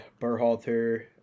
Berhalter